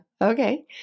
Okay